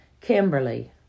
Kimberly